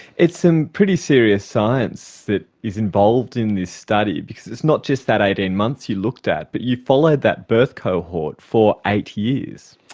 it's some pretty serious science that is involved in this study because it's not just that eighteen months that you looked at, but you followed that birth cohort for eight years.